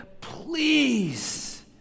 Please